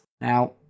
Now